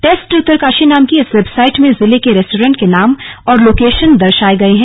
test Uttarkashi नाम की इस वेबसाइट में जिले के रेस्टोरेंट के नाम और लोकेशन दर्शाये गए हैं